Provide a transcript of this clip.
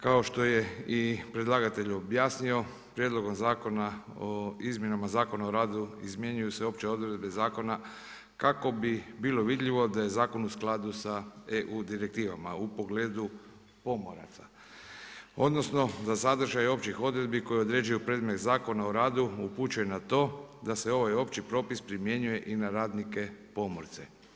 Kao što je i predlagatelj objasnio Prijedlogom zakona o izmjenama Zakona o radu izmjenjuju se opće odredbe zakona kako bi bilo vidljivo da je zakon u skladu sa EU direktivama u pogledu pomoraca, odnosno da sadržaj općih odredbi koje određuje predmet Zakona o radu upućuje na to da se ovaj opći propis primjenjuje i na radnike pomorce.